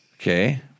okay